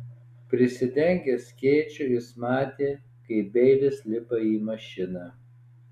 prisidengęs skėčiu jis matė kaip beilis lipa į mašiną